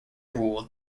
ruled